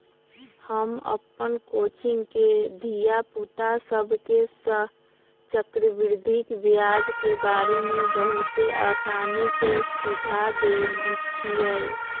हम अप्पन कोचिंग के धिया पुता सभके चक्रवृद्धि ब्याज के बारे में बहुते आसानी से बुझा देइछियइ